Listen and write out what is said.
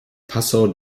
passau